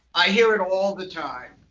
i hear it all the time.